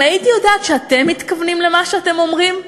אם הייתי יודעת שאתם מתכוונים למה שאתם אומרים,